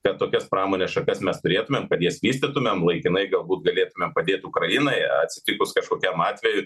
kad tokios pramonės šakas mes turėtumėm kad jas vystytumėm laikinai galbūt galėtumėm padėt ukrainai atsitikus kažkokiam atvejui